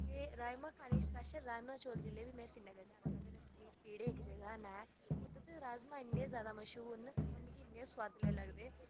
ते राजमांह् चौल खानै गी जेल्लै भी में श्रीनगर जाना ते रस्ते च पीढ़ा इक जगह् दा नांऽ ऐ उद्धर राजमांह् इन्ने जैदा मश्हूर न होर मिगी इन्ने सुआदले लगदे